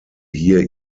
hier